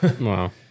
Wow